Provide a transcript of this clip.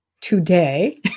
today